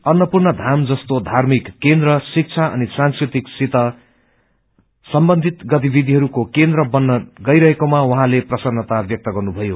अन्नपूण्र जस्तो धार्मिक केन्द्र शिक्षा अनि संस्कृति सित सम्बन्धित गतिविधिहरूको केन्द्रवन्न गईरहेकोमा उँले प्रसन्नता व्यक्त गर्नुभयो